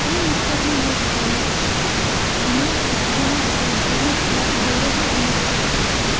এই নৃত্যবোৰ মোৰ জীৱনত মোৰ জীৱনৰ ভিতৰত গঢ়ি তোলা গৌৰৱৰ অনুভূতি